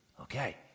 Okay